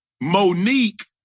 Monique